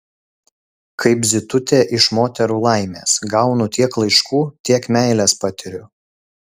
kaip zitutė iš moterų laimės gaunu tiek laiškų tiek meilės patiriu